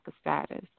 status